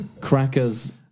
Crackers